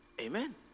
Amen